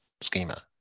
schema